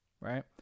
Right